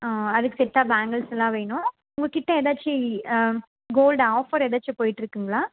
ஆ அதற்கு செட்டாக பேங்கல்ஸ்லாம் வேணும் உங்கள்கிட்ட எதாச்சு கோல்ட் ஆஃபர் எதாச்சு போய்ட்டுருக்குங்களா